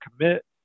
commit